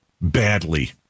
badly